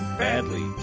badly